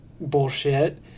bullshit